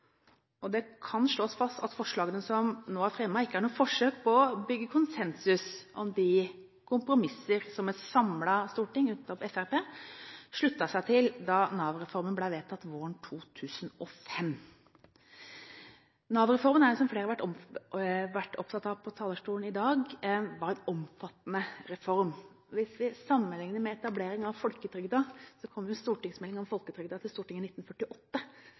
og det kan slås fast at forslagene som nå er fremmet, ikke er noe forsøk på å bygge konsensus om de kompromisser som et samlet storting, unntatt Fremskrittspartiet, sluttet seg til da Nav-reformen ble vedtatt våren 2005. Nav-reformen var, som flere på talerstolen har vært opptatt av i dag, en omfattende reform. Vi kan sammenligne med etableringen av folketrygden. Stortingsmeldingen om folketrygden kom til Stortinget i 1948,